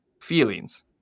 feelings